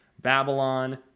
Babylon